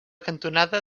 cantonada